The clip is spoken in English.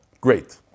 Great